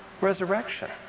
Resurrection